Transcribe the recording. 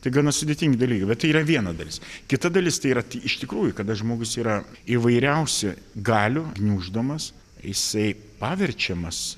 tai gana sudėtingi dalykai bet tai yra viena dalis kita dalis tai yra iš tikrųjų kada žmogus yra įvairiausių galių gniuždomas jisai paverčiamas